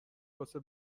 واسه